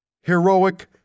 Heroic